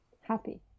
happy